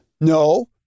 no